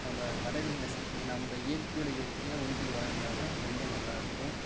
நம்ப பறவைகளை ரசிக்கிறது நம்ப இயற்கையோட இயற்கையாக ஒன்றி வாழ்ந்தாதான் ரொம்ப நல்லாயிருக்கும்